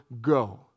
go